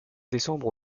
décembre